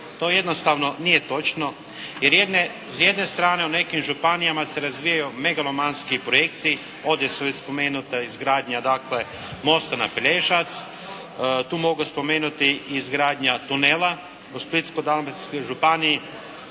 To jednostavno nije točno, jer s jedne strane u nekim županijama se razvijaju megalomanski projekti, ovdje je već spomenuta izgradnja dakle mosta … /Ne razumije se./ … tu mogu spomenuti izgradnja tunela u Splitsko-dalmatinskoj županiji